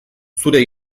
zure